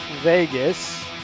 Vegas